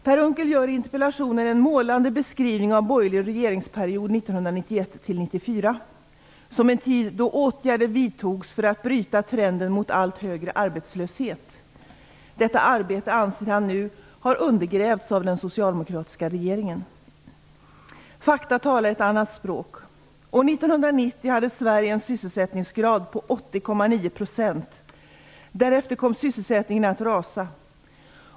Per Unckel gör i interpellationen en målande beskrivning av den borgerliga regeringsperioden 1991 1994 som en tid då åtgärder vidtogs för att bryta trenden mot en allt högre arbetslöshet. Detta arbete anser han nu har undergrävts av den socialdemokratiska regeringen. Fakta talar ett annat språk. År 1990 hade Sverige en sysselsättningsgrad på 80,9 %. Därefter kom sysselsättningen att rasa.